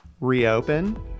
reopen